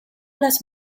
las